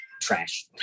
trash